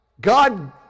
God